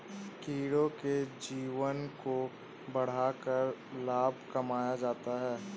कीड़ों के जीवन को बढ़ाकर लाभ कमाया जाता है